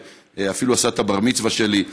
שאפילו עשה את הבר-מצווה שלי.